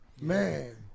man